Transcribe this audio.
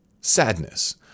sadness